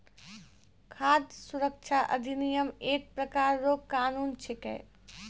खाद सुरक्षा अधिनियम एक प्रकार रो कानून छिकै